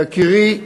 יקירי,